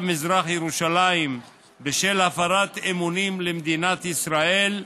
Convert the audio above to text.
מזרח ירושלים בשל הפרת אמונים למדינת ישראל,